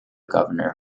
governor